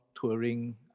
touring